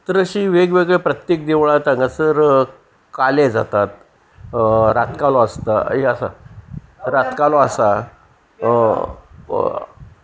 तर अशी वेगवेगळे प्रत्येक देवळांत हांगासर काले जातात रातकालो आसता हे आसा रातकलो आसा